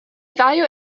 value